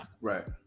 Right